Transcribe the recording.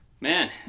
Man